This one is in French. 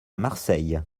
marseille